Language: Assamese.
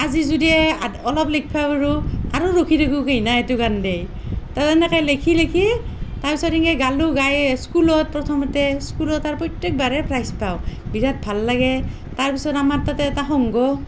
আজি যদি অলপ লিখিব পাৰোঁ আৰু ৰখি থাকোঁ সেইটো কাৰণে তো এনেকৈ লেখি লেখি তাৰপিছত এনেকৈ গালোঁ গাই স্কুলত প্ৰথমতে স্কুলত আৰু প্ৰত্য়েকবাৰেই প্ৰাইজ পাওঁ বিৰাট ভাল লাগে তাৰপিছত আমাৰ তাতে এটা সংঘ